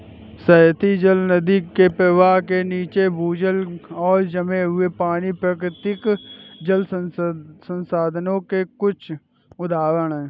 सतही जल, नदी के प्रवाह के नीचे, भूजल और जमे हुए पानी, प्राकृतिक जल संसाधनों के कुछ उदाहरण हैं